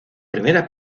primera